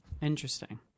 Interesting